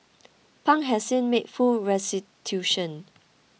Pang has since made full restitution